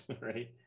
right